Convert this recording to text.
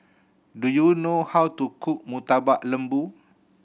do you know how to cook Murtabak Lembu